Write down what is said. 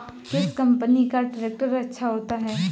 किस कंपनी का ट्रैक्टर अच्छा होता है?